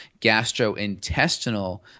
gastrointestinal